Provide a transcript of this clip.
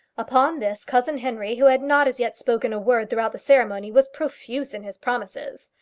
upon this cousin henry, who had not as yet spoken a word throughout the ceremony, was profuse in his promises.